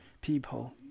people